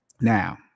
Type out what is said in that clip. Now